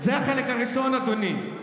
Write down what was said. זה החלק הראשון, אדוני.